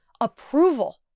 approval